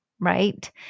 right